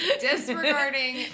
disregarding